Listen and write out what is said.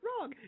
wrong